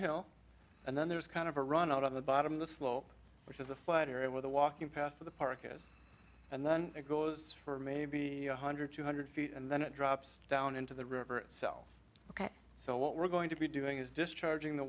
hill and then there's kind of a run out of the bottom of the slope which is a flood area where the walking path of the park is and then it goes for maybe a hundred two hundred feet and then it drops down into the river itself ok so what we're going to be doing is discharging the